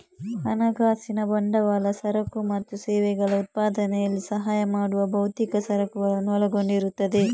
ಹಣಕಾಸಿನ ಬಂಡವಾಳ ಸರಕು ಮತ್ತು ಸೇವೆಗಳ ಉತ್ಪಾದನೆಯಲ್ಲಿ ಸಹಾಯ ಮಾಡುವ ಭೌತಿಕ ಸರಕುಗಳನ್ನು ಒಳಗೊಂಡಿರುತ್ತದೆ